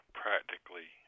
practically